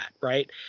right